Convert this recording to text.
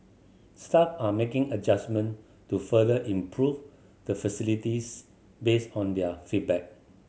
staff are making adjustment to further improve the facilities based on their feedback